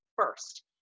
first